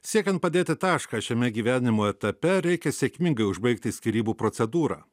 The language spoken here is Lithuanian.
siekiant padėti tašką šiame gyvenimo etape reikia sėkmingai užbaigti skyrybų procedūrą